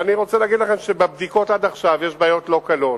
ואני רוצה להגיד לכם שבבדיקות עד עכשיו יש בעיות לא קלות.